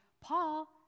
Paul